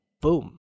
boom